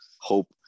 hope